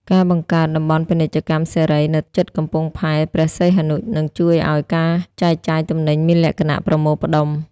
ការបង្កើត "តំបន់ពាណិជ្ជកម្មសេរី" នៅជិតកំពង់ផែព្រះសីហនុ នឹងជួយឱ្យការចែកចាយទំនិញមានលក្ខណៈប្រមូលផ្ដុំ។